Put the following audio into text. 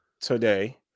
today